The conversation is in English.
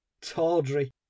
tawdry